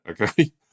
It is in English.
Okay